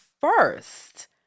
first